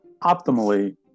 optimally